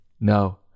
no